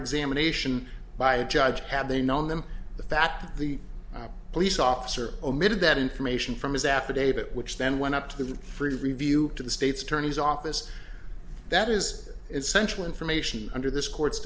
examination by the judge had they known them that the police officer omitted that information from his affidavit which then went up to the free review to the state's attorney's office that is essential information under this court's